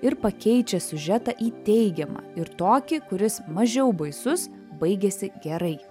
ir pakeičia siužetą į teigiamą ir tokį kuris mažiau baisus baigėsi gerai